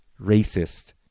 racist